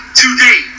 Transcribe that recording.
today